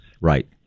Right